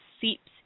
seeps